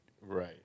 Right